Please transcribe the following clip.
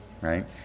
right